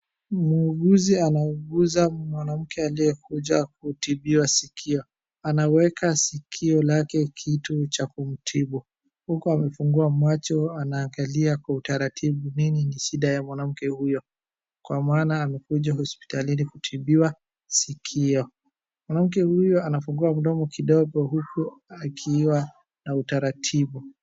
Muuguzi anauguza mwanamke aliyekuja kutibiwa sikio, anaweka sikio lake kitu cha kumtibu. Huku amefungua macho anaangalia kwa utaratibu nini ni shida ya mwanamke huyo, kwa maana amekuja hosiptalini kutibwa sikio. Mwanamke huyu anafungua mdomo kidogo huku akiwa na utaratibu.